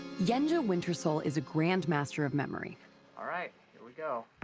yanjaa wintersoul is a grandmaster of memory all right here we go.